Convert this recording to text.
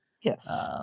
yes